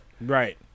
Right